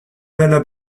della